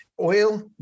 oil